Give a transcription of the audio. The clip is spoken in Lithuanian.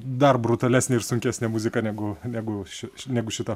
dar brutalesnę ir sunkesnę muziką negu negu ši negu šita